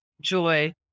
joy